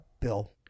Bill